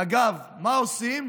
ואגב, מה עושים?